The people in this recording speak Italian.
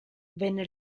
venne